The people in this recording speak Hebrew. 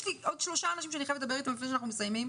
יש עוד שלושה אנשים שאני חייבת לדבר איתם לפני שאנחנו מסיימים.